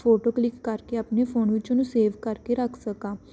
photo click ਕਰਕੇ ਆਪਣੇ phone ਵਿੱਚ ਉਹਨੂੰ ਸੇਵ ਕਰਕੇ ਰੱਖ ਸਕਾਂ